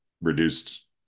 reduced